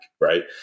right